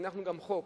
הנחנו גם חוק,